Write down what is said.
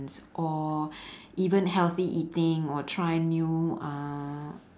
or even healthy eating or try new uh